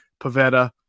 Pavetta